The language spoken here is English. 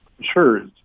Sure